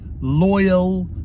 loyal